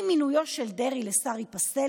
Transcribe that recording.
אם מינויו של דרעי לשר ייפסל,